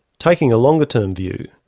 taking a longer term view,